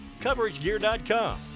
CoverageGear.com